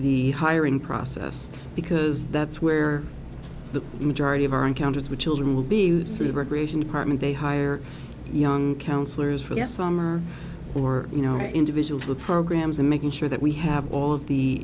the hiring process because that's where the majority of our encounters with children will be use through the recreation department they hire young counselors for the summer or you know individuals with programs and making sure that we have all of the